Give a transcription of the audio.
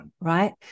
Right